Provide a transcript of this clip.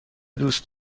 دوست